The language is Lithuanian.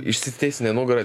išsitiesini nugarą